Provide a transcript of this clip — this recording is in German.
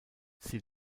sie